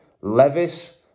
Levis